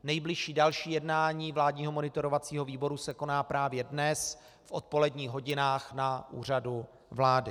Nejbližší další jednání vládního monitorovacího výboru se koná právě dnes v odpoledních hodinách na Úřadu vlády.